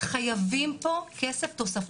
חייבים פה כסף תוספתי,